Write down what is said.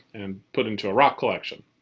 and put into a rock collection.